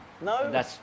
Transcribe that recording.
No